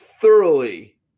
thoroughly